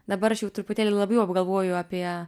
dabar aš jau truputėlį labiau apgalvoju apie